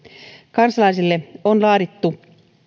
kansalaisille on laadittu